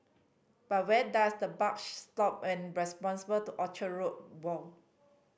but where does the buck stop and responsible to Orchard Road woe